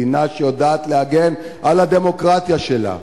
מדינה שיודעת להגן על הדמוקרטיה שלה.